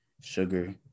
sugar